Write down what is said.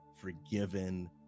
forgiven